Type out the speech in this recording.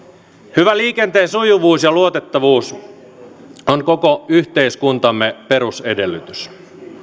hyvä liikenteen sujuvuus ja luotettavuus on koko yhteiskuntamme perusedellytys